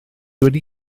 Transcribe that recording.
wedi